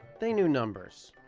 they knew numbers.